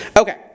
Okay